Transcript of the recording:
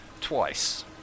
twice